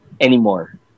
anymore